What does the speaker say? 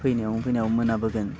फैनायाव फैनायाव मोनाबोगोन